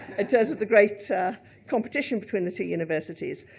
terms of the great competition between the two universities.